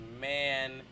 man